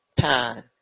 time